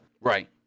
Right